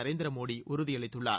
நரேந்திர மோடி உறுதியளித்துள்ளார்